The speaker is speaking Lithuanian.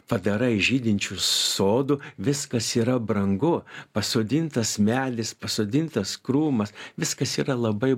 padarai žydinčiu sodu viskas yra brangu pasodintas medis pasodintas krūmas viskas yra labai